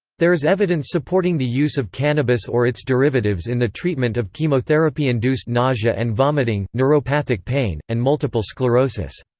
there is evidence supporting the use of cannabis or its derivatives in the treatment of chemotherapy-induced nausea and vomiting, neuropathic pain, and multiple sclerosis.